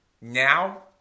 now